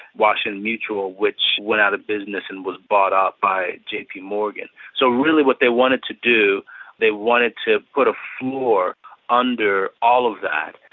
washington mutual, which went out of business and was bought out by jpmorgan. so really what they wanted to do, they wanted to put a floor under all of that.